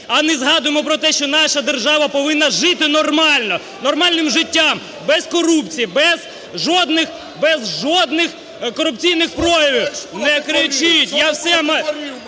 а не згадуємо про те, що наша держава повинна жити нормально, нормальним життям, без корупції, без жодних корупційних проявів. Не кричіть, я все…